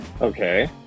Okay